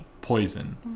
poison